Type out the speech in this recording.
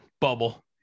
bubble